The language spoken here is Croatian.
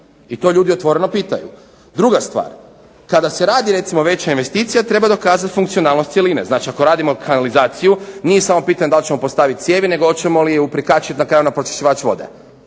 I to ljudi otvoreno pitaju. Druga stvar, kada se radi recimo veća investicija treba dokazati funkcionalnost cjeline. Znači ako radimo kanalizaciju nije samo pitanje da li ćemo postaviti cijevi, nego hoćemo li ju prikačiti na kraju na pročišćivač vode,